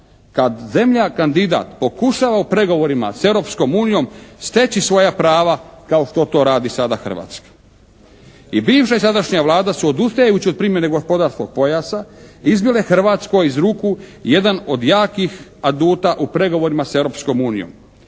kad zemlja kandidat pokušava u pregovorima s Europskom unijom steći svoja prava kao što to radi sada Hrvatska. I bivša i sadašnja Vlada su odustajući od primjene gospodarskog pojasa izbile Hrvatskoj iz ruku jedan od jakih aduta u pregovorima s Europskom unijom.